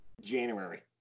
January